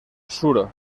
suro